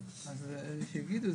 שיגידו.